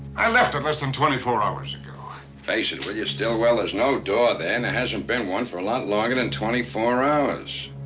i left it less than twenty four hours ago! face it, will you, stillwell? there's no door there, and there hasn't been one for a lot longer than twenty four hours.